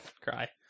cry